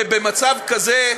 ובמצב כזה,